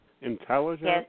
Intelligent